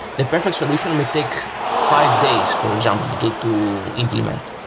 the perfect solution would take five days for example to implement,